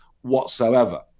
whatsoever